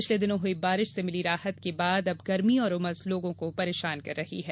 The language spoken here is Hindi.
पिछले दिनों हई बारिश से मिली राहत के बाद अब गर्मी और उमस लोगों को परेशान कर रही है